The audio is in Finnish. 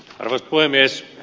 arvoisa puhemies